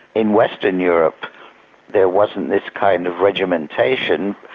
in western europe there wasn't this kind of regimentation,